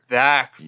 back